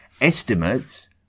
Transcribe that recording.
Estimates